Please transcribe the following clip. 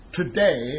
today